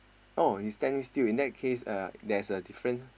oh he's standing still in that case uh there's a different